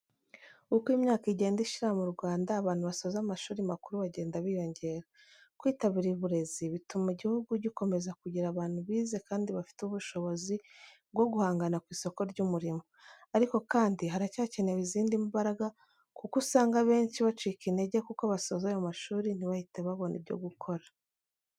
Uko imyaka igenda ishira mu Rwanda, abantu basoza amashuri makuru bagenda biyongera. Kwitabira uburezi bituma igihugu gikomeza kugira abantu bize kandi bafite ubushobozi bwo guhangana ku isoko ry'umurimo. Ariko kandi, haracyakenewe izindi mbaraga kuko usanga abenshi bacika intege kuko basoza ayo mashuri ntibahite babona ibyo gukora.